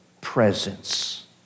presence